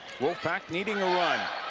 wolf pack needing a run